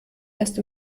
erst